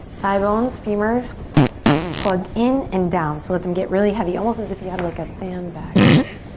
thigh bones, femurs plug in and down. so let them get really heavy, almost as if you had like a sandbag here.